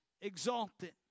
exalted